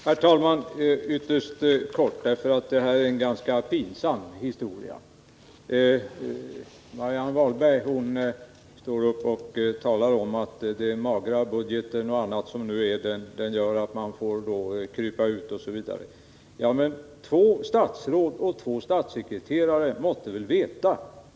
Herr talman! Ytterst kort. Det här är en ganska pinsam historia. Marianne Wahlberg talar om att den magra budgeten i år gör att man får lov att krypa ur. Ja men, två statsråd och två statssekreterare måtte väl veta!